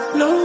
no